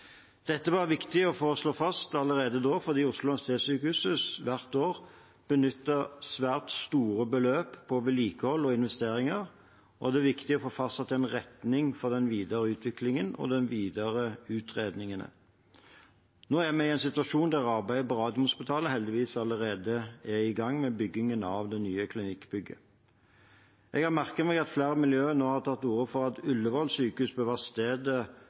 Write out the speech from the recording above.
Dette var det viktig å slå fast allerede da, fordi Oslo universitetssykehus hvert år benytter svært store beløp til vedlikehold og investeringer, og det er viktig å få fastsatt en retning for den videre utviklingen og de videre utredningene. Nå er vi i en situasjon der arbeidet med byggingen av det nye klinikkbygget på Radiumhospitalet heldigvis allerede er i gang. Jeg har merket meg at flere miljøer nå har tatt til orde for at Ullevål sykehus bør være